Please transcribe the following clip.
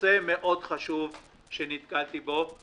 נושא חשוב מאוד שנתקלתי בו הוא